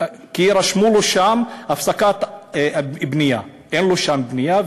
כי רשמו שם "הפסקת בנייה"; אין לו שם בנייה,